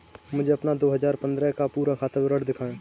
मुझे अपना दो हजार पन्द्रह का पूरा खाता विवरण दिखाएँ?